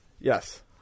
Yes